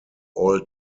all